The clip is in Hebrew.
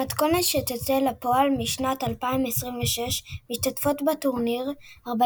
במתכונת שתצא לפועל משנת 2026 משתתפות בטורניר 48